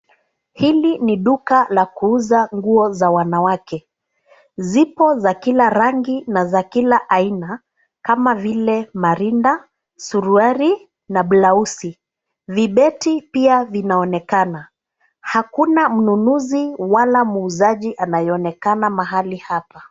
Hili ni duka la kuuza nguo za wanawake. Zipo za kila rangi na za kila aina kama vile marinda, suruali na blausi. Vibeti pia vinaonekana. Hakuna mnunuzi wala muuzaji anayeonekana mahali hapa.